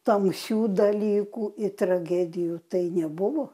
tamsių dalykų ir tragedijų tai nebuvo